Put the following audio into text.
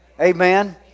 Amen